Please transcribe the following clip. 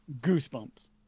Goosebumps